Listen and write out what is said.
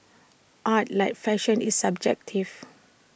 art like fashion is subjective